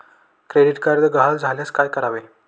Credit card गहाळ झाल्यास काय करावे?